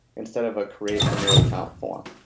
instead of a create a new account form.